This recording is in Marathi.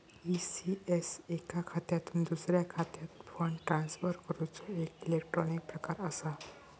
ई.सी.एस एका खात्यातुन दुसऱ्या खात्यात फंड ट्रांसफर करूचो एक इलेक्ट्रॉनिक प्रकार असा